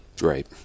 Right